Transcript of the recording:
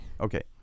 Okay